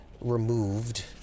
removed